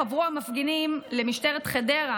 עברו המפגינים למשטרת חדרה,